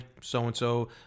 so-and-so